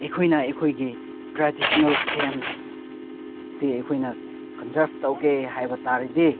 ꯑꯩꯈꯣꯏꯅ ꯑꯩꯈꯣꯏꯒꯤ ꯇ꯭ꯔꯦꯗꯤꯁꯅꯦꯜ ꯒꯦꯝꯁꯁꯦ ꯑꯩꯈꯣꯏꯅ ꯀꯟꯖꯥꯔꯞ ꯇꯧꯒꯦ ꯍꯥꯏꯕ ꯇꯥꯔꯒꯗꯤ